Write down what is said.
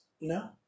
No